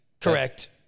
Correct